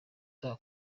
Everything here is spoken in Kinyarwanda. saa